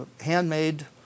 handmade